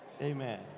amen